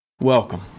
Welcome